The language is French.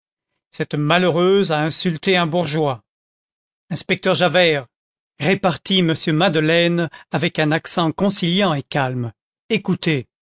cette malheureuse a insulté un bourgeois inspecteur javert repartit m madeleine avec un accent conciliant et calme écoutez